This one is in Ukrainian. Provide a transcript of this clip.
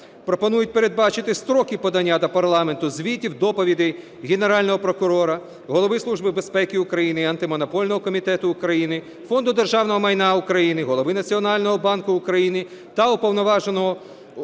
пропонують передбачити строки подання до парламенту звітів, доповідей Генерального прокурора, Голови Служби безпеки України і Антимонопольного комітету України, Фонду державного майна України, Голови Національного банку України та Уповноваженого